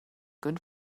good